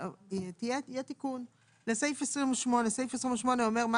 שיהיה תיקון לסעיף 28. סעיף 28 אומר מה